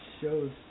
shows